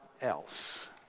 else